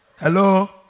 Hello